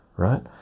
Right